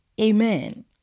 amen